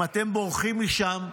אם אתם בורחים משם,